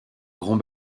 grand